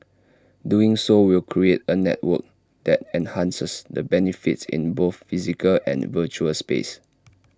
doing so will create A network that enhances the benefits in both physical and virtual space